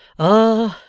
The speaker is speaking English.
ah,